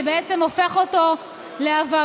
שבעצם הופך אותו לעבריין